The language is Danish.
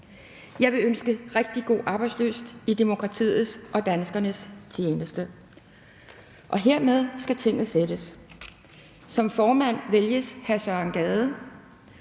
Jeg vil ønske alle rigtig god arbejdslyst i demokratiets og danskernes tjeneste. Og hermed skal Tinget sættes. --- Det første